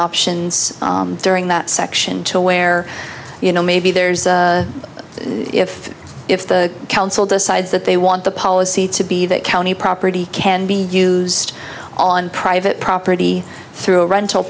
options during that section where you know maybe there's if if the council decides that they want the policy to be that county property can be used on private property through a rental